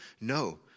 No